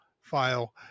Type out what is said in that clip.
file